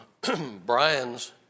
Brian's